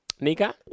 Nika